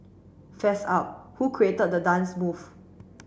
fess up who created the dance move